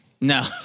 No